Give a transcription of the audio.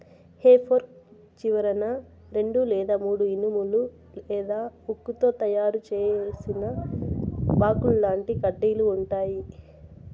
హె fork చివరన రెండు లేదా మూడు ఇనుము లేదా ఉక్కుతో తయారు చేసిన బాకుల్లాంటి కడ్డీలు ఉంటాయి